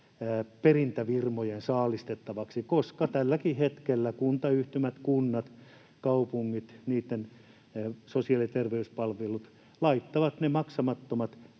perintäfirmojen saalistettaviksi. Tälläkin hetkellä kuntayhtymät, kunnat, kaupungit, niitten sosiaali- ja terveyspalvelut laittavat ne maksamattomat